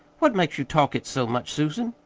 what makes you talk it so much, susan?